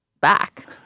back